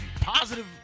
positive